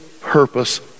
purpose